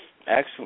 excellent